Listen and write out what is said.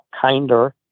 kinder